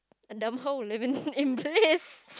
a dumb hoe living in bliss